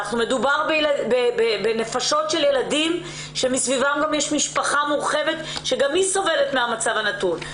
מדובר בנפשות של ילדים שמסביבם יש משפחה שסובלת מהמצב הנתון.